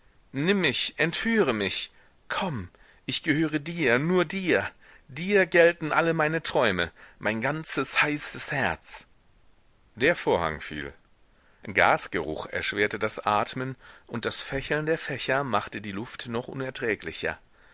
nimm mich entführe mich komm ich gehöre dir nur dir dir gelten alle meine träume mein ganzes heißes herz der vorhang fiel gasgeruch erschwerte das atmen und das fächeln der fächer machte die luft noch unerträglicher